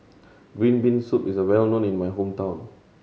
green bean soup is well known in my hometown